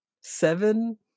seven